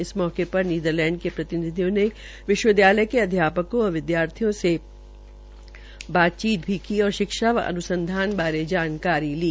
इस मौके पर नीदरलैंद के प्रतिनिधियों ने विश्वविदयालय के अध्यापकों व विदयार्थियों से बातचीत की और शिक्षा व अन्संधान बारे जानकारी ली